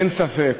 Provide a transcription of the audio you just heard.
אין ספק